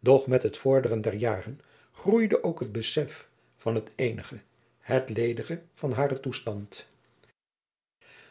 doch met het vorderen der jaren groeide ook het besef van het eenige het ledige van haren toestand